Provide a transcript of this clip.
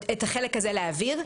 את החלק הזה להעביר.